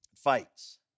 fights